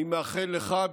אני מאחל לך,